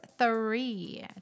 three